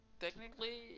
technically